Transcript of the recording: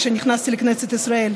כשנכנסתי לכנסת ישראל,